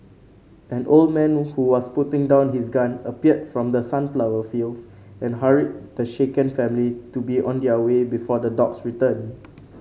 an old man who was putting down his gun appeared from the sunflower fields and hurried the shaken family to be on their way before the dogs return